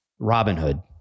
Robinhood